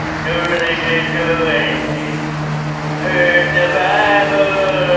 no religion, no anything hurt the bible,